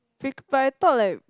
bec~ but I thought like